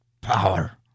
power